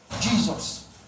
Jesus